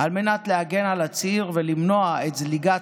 על מנת להגן על הציר ולמנוע את זליגת